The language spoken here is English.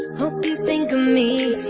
hope you think of me,